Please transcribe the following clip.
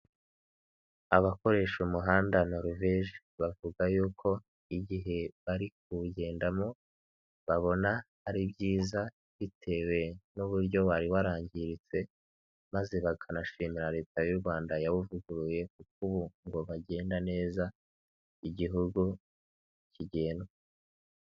Abakoresha umuhanda noruveje, bavuga yuko igihe bari kuwugendamo babona ari byiza bitewe n'uburyo wari warangiritse maze bakanashimira leta y'u Rwanda yawuvuguruye kuko ubu ngo bagenda neza igihugu kigendwa.